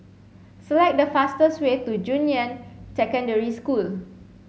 select the fastest way to Junyuan Secondary School